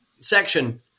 section